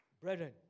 Brethren